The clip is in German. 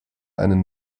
einen